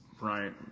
right